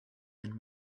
and